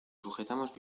sujetamos